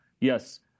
yes